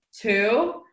two